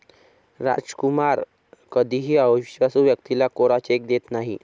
रामकुमार कधीही अविश्वासू व्यक्तीला कोरा चेक देत नाही